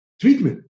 treatment